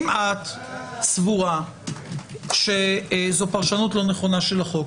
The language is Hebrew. אם את סבורה שזו פרשות לא נכונה של החוק,